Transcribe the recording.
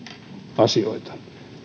asioita